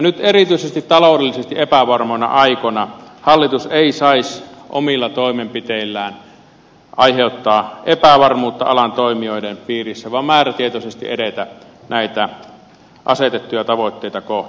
nyt erityisesti taloudellisesti epävarmoina aikoina hallitus ei saisi omilla toimenpiteillään aiheuttaa epävarmuutta alan toimijoiden piirissä vaan pitäisi määrätietoisesti edetä näitä asetettuja tavoitteita kohti